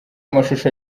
amashusho